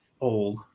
old